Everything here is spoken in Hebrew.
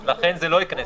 נכון, לכן זה לא ייכנס.